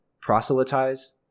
proselytize